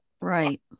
Right